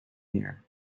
here